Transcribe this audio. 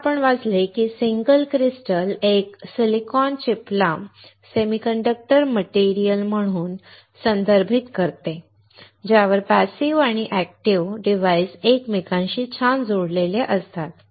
येथे आपण वाचले आहे की सिंगल क्रिस्टल एका सिलिकॉन चिपला सेमीकंडक्टर मटेरियल म्हणून संदर्भित करते ज्यावर पॅसिव्ह आणि एक्टिव डिवाइस एकमेकांशी छान जोडलेले असतात